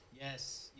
Yes